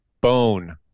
bone